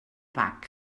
bach